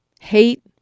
hate